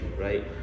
right